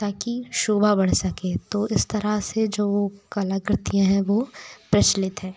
ताकि शोभा बढ़ सके तो इस तरह से जो कलाकृतियाँ हैं वो प्रचलित हैं